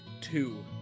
two